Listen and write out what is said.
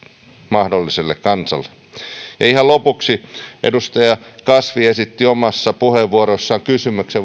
mahdolliselle kansalle ihan lopuksi edustaja kasvi esitti omassa puheenvuorossaan kysymyksen